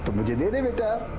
didn't return